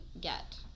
get